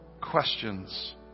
questions